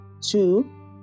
two